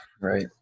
Right